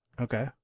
Okay